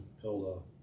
pill